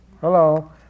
Hello